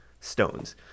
stones